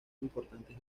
importantes